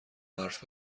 حرف